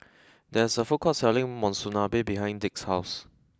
there is a food court selling Monsunabe behind Dick's house